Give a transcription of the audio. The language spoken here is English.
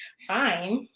fine,